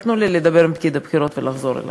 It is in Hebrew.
אבל תנו לי לדבר עם פקיד הבחירות ולחזור אליכם.